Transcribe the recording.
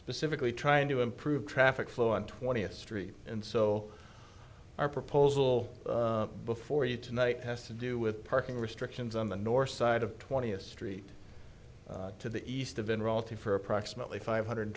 specifically trying to improve traffic flow on twentieth street and so our proposal before you tonight has to do with parking restrictions on the north side of twentieth street to the east of in reality for approximately five hundred